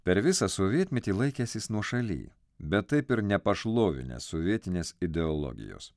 per visą sovietmetį laikęsis nuošaly bet taip ir nepašlovinęs sovietinės ideologijos